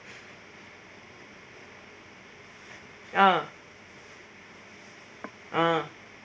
ah ah